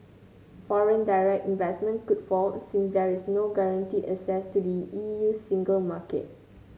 foreign direct investment could fall since there is no guaranteed access to the E U single market